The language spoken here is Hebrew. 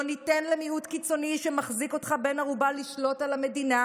לא ניתן למיעוט קיצוני שמחזיק אותך בן ערובה לשלוט על המדינה,